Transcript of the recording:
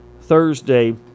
Thursday